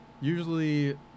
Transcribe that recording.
usually